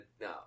No